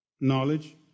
knowledge